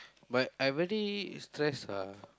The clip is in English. but I very stress ah